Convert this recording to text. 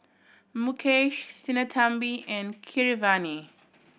Mukesh Sinnathamby and Keeravani